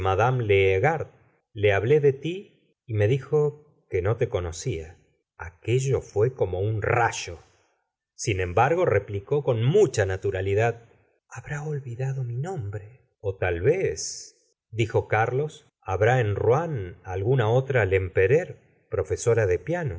liegeard le hablé de ti y me dijo que no te conocia aquello fué como un rayo sin embargo replicó con mucha naturalidad habrá olvidado mi nombre ó tal vez dijo carlos habra en rouen alguna otra lempereur profe sora d e piano